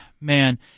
Man